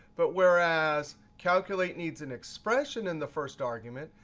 but whereas calculate needs an expression in the first argument,